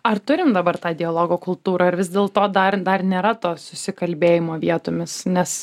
ar turim dabar tą dialogo kultūrą ar vis dėlto dar dar nėra to susikalbėjimo vietomis nes